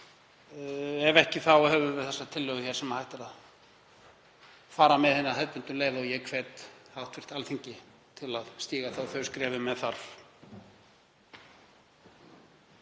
Ef ekki þá höfum við þessa tillögu hér sem hægt er fara með hina hefðbundnu leið og ég hvet hv. Alþingi til að stíga þau skref ef með þarf.